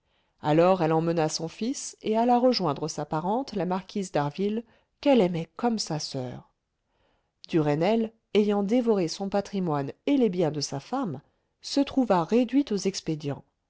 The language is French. alors elle emmena son fils et alla rejoindre sa parente la marquise d'harville qu'elle aimait comme sa soeur duresnel ayant dévoré son patrimoine et les biens de sa femme se trouva réduit aux expédients